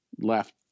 left